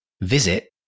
visit